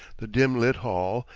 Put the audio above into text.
the dim-lit hall,